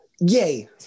yay